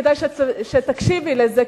כדאי שתקשיבי לזה,